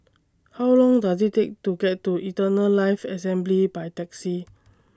How Long Does IT Take to get to Eternal Life Assembly By Taxi